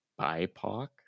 BIPOC